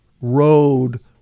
road